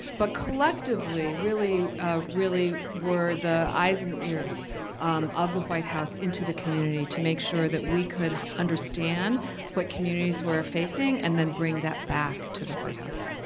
but collectively really really were the eyes and the ears um of the white house into the community to make sure that we could understand what communities were facing and then bring that back to the white house.